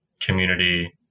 community